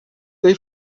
they